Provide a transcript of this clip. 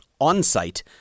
on-site